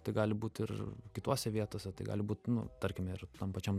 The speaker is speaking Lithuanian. tai gali būt ir kituose vietose tai gali būt nu tarkim ir tam pačiam